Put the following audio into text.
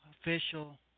official